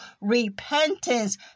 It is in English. repentance